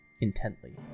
intently